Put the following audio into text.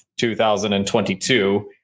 2022